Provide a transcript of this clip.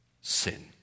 sin